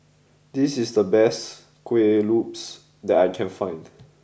this is the best Kuih Lopes that I can find